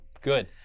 Good